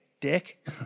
dick